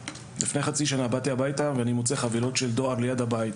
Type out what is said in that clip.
לפני חצי שנה באתי הביתה ואני מוצא חבילות של דואר ליד הבית.